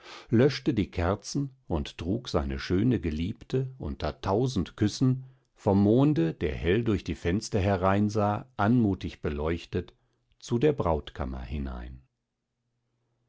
löschte die kerzen und trug seine schöne geliebte unter tausend küssen vom monde der hell durch die fenster hereinsah anmutig beleuchtet zu der brautkammer hinein